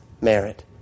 Merit